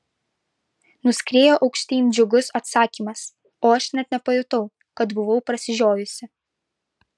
nuskrieja aukštyn džiugus atsakymas o aš net nepajutau kad buvau prasižiojusi